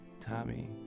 Tommy